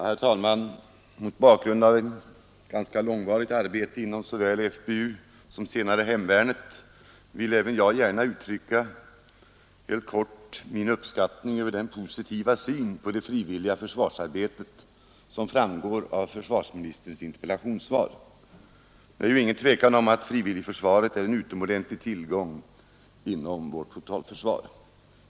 Herr talman! Mot bakgrund av ett ganska långvarigt arbete inom såväl FBU som senare hemvärnet vill även jag gärna helt kort uttrycka min uppskattning av den positiva syn på det frivilliga försvarsarbetet som framgår av försvarsministerns interpellationssvar. Det är inget tvivel om att frivilligförsvaret är en utomordentlig tillgång för vårt totalförsvar.